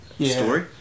story